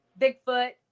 Bigfoot